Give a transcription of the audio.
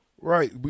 Right